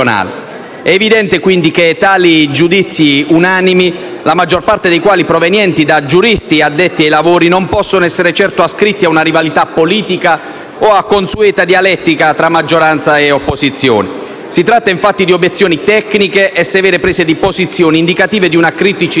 È evidente, quindi, che tali giudizi unanimi, la maggior parte dei quali provenienti da giuristi addetti ai lavori, non possono essere certo ascritti a una rivalità politica o a consueta dialettica tra maggioranza e opposizione. Si tratta, infatti, di obiezioni tecniche e severe prese di posizione indicative di una criticità,